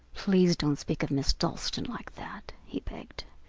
please don't speak of miss dalstan like that, he begged.